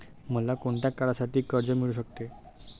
मला कोणत्या काळासाठी कर्ज मिळू शकते?